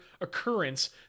occurrence